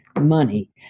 money